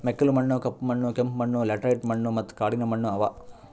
ಮೆಕ್ಕಲು ಮಣ್ಣ, ಕಪ್ಪು ಮಣ್ಣ, ಕೆಂಪು ಮಣ್ಣ, ಲ್ಯಾಟರೈಟ್ ಮಣ್ಣ ಮತ್ತ ಕಾಡಿನ ಮಣ್ಣ ಅವಾ